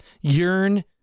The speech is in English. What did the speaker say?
yearn